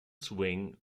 swing